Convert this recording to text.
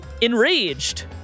enraged